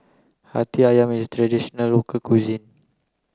Hati Ayam is traditional local cuisine